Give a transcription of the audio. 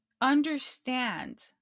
understand